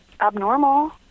abnormal